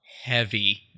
heavy